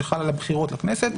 שחל על הבחירות לכנסת,